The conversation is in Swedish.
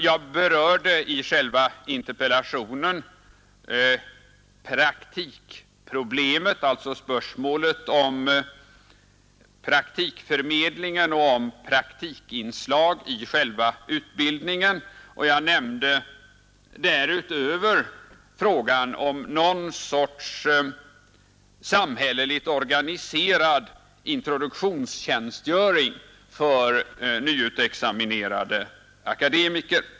Jag berörde i interpellationen praktikproblemet, alltså spörsmålet om praktikförmedling och om praktikinslag i utbildningen. Jag nämnde därutöver frågan om någon sorts samhälleligt organiserad introduktionstjänstgöring för nyutexaminerade akademiker.